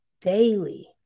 daily